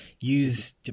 Use